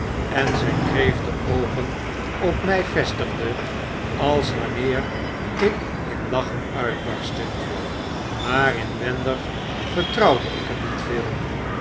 en zgn kreeftenoogen op mg vestigde als wanneer ik in lachen uitbarstte maar inwendig vertrouwde ik hem niet veel